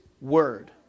Word